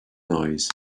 noise